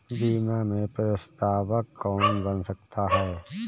बीमा में प्रस्तावक कौन बन सकता है?